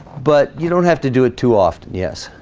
but you don't have to do it too often yes